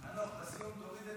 ערבים?